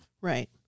Right